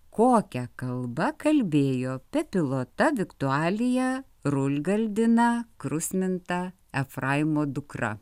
kokia kalba kalbėjo pepilota viktualija rulgaldina krusminta efraimo dukra